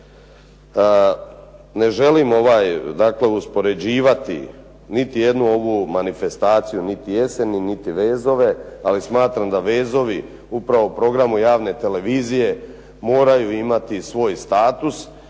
Ne želim uspoređivati niti jednu ovu manifestaciju, niti jeseni, niti vezove, ali smatram da vezovi upravo u programu javne televizije moraju imati svoj status